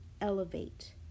elevate